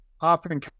often